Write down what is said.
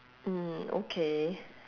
mm okay